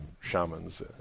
shamans